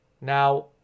Now